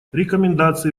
рекомендации